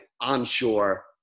onshore